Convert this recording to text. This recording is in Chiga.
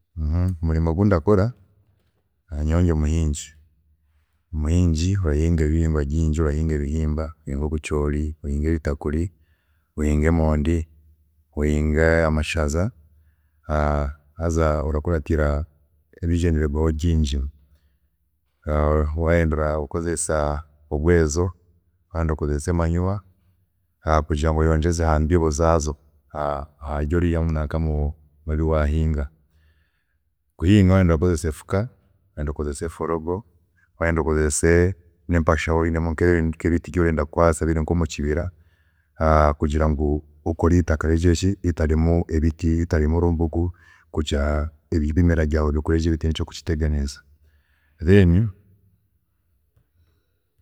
Omurimo ogu ndakora nyowe ndi omuhingi, omuhingi orahinga ebihingwa bingi, orahinga ebihimba, ninga obucoori, nebitakuri, orahinga emondi, ohinga amashaza haza orakuratira ebigyenderwaho bingi, wayenda orakozesa orweezo, wayenda okozese manure kugira ngu oyongyeze aha mbibo byaazo ahabi oreiha omubi wahinga, kuhinga wayenda orakozesa efuka, wayenda okozese forogo, wayenda okozese empasha waaba oyine nke nkebiti ebi orenda kwaasa biraruga omukibira kugira ngu osigaze eitaka ritari ki, ritarimu ebiti ninga orumbugu kugira ngu ebimera byaawe bikure hatariho ekirabiteganiisa, then